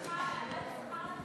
את שכר החיילים,